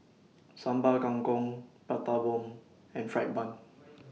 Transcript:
Sambal Kangkong Prata Bomb and Fried Bun